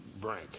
brink